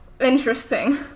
Interesting